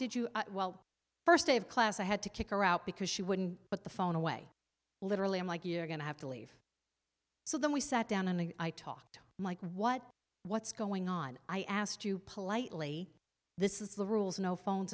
you first day of class i had to kick her out because she wouldn't but the phone away literally i'm like you're going to have to leave so then we sat down and i talked like what what's going on i asked you politely this is the rules no phones